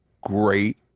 great